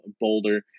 boulder